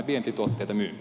arvoisa puhemies